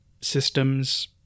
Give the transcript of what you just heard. systems